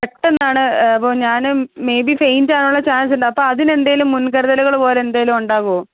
പെട്ടെന്നാണ് അപ്പോൾ ഞാൻ മേബി ഫെയിൻറ്റ് ആകാനുള്ള ചാൻസ് ഉണ്ട് അപ്പോൾ അതിന് എന്തെങ്കിലും മുൻകരുതലുകൾ പോലെ എന്തെങ്കിലും ഉണ്ടാകുമോ